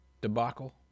debacle